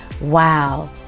wow